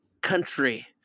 country